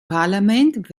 parlament